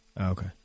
Okay